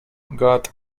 got